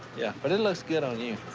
yeah, but it looks good on you.